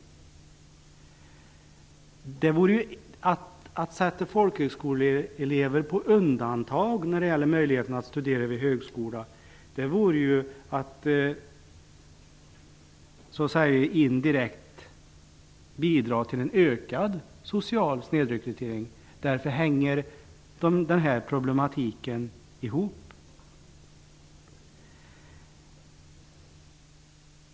Annars vore det att sätta folkhögskoleelever på undantag när det gäller möjligheterna att studera vid högskola. Det vore att så att säga indirekt bidra till en ökad social snedrekrytering. Därför hänger dessa två problem ihop.